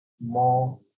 more